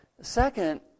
Second